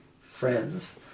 friends